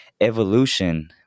evolution